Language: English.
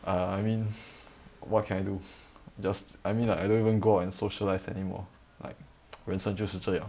uh I mean what can I do just I mean like I don't even go and socialise anymore like 人生就是这样